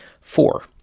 Four